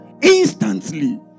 instantly